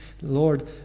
Lord